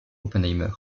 oppenheimer